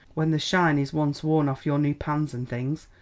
when the shine is once worn off your new pans and things,